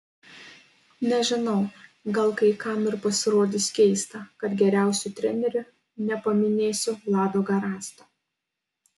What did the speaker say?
nežinau gal kai kam ir pasirodys keista kad geriausiu treneriu nepaminėsiu vlado garasto